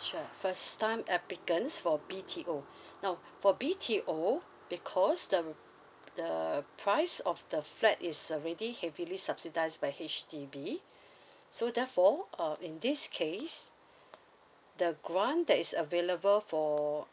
sure first time applicants for B T O now for B T O because the the price of the flat is already heavily subsidised by H_D_B so therefore uh in this case the grant that is available for